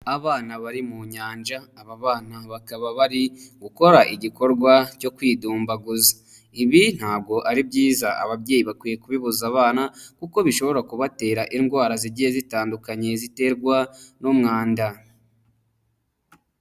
Abana bari mu nyanja, aba bana bakaba bari gukora igikorwa cyo kwidumbaguza, ibi ntabwo ari byiza ababyeyi bakwiye kubibuza abana kuko bishobora kubatera indwara zigiye zitandukanye ziterwa n'umwanda.